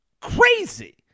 crazy